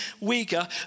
weaker